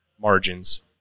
margins